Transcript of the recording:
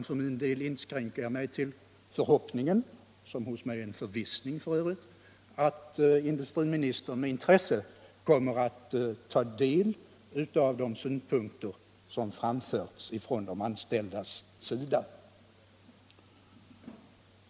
För min del inskränker jag mig till förhoppningen — som hos mig är en förvissning - att industriministern med intresse kommer att ta del av de synpunkter som framförts från de anställdas sida.